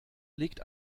legt